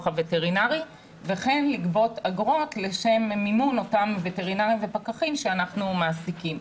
הווטרינרי וכן לגבות אגרות לשם מימון אותם וטרינרים ופקחים שאנחנו מעסיקים.